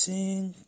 Sing